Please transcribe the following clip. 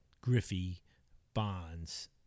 Griffey-Bonds